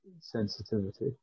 sensitivity